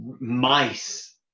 mice